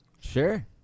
Sure